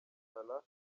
minisitiri